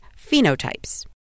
phenotypes